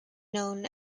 known